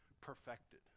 perfected